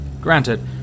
Granted